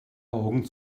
augen